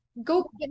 Go